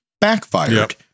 backfired